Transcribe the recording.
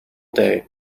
day